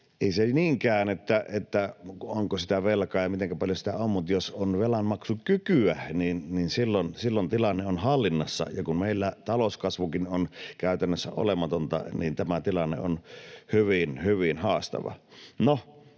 — ei niinkään, onko sitä velkaa ja mitenkä paljon sitä on, mutta jos on velanmaksukykyä, niin silloin tilanne on hallinnassa. Ja kun meillä talouskasvukin on käytännössä olematonta, niin tämä tilanne on hyvin, hyvin haastava.